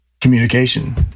communication